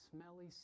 smelly